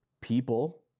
people